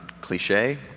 cliche